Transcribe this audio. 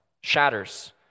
shatters